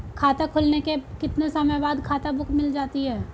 खाता खुलने के कितने समय बाद खाता बुक मिल जाती है?